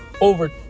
over